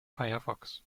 firefox